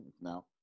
now